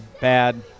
bad